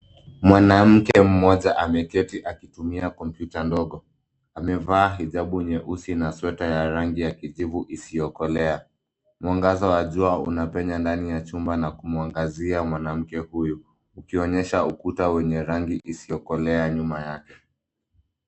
Mwanamke mmoja ameketi akitumia kompyuta ndogo. Amevaa hijabu nyeusi na sweta ya rangi ya kijivu isiyokolea. Mwangaza wa jua unapenya ndani ya chumba na kumuangazia mwanamke huyu ukionyesha ukuta wenye rangi isiyokolea nyuma yake.